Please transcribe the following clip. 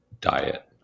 diet